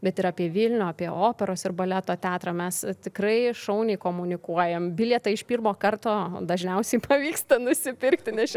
bet ir apie vilnių apie operos ir baleto teatrą mes tikrai šauniai komunikuojam bilietą iš pirmo karto dažniausiai pavyksta nusipirkti nes